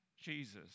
Jesus